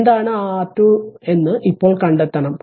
എന്താണ് ആ R2 എന്ന് ഇപ്പോൾ കണ്ടെത്തണം